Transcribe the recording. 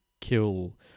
kill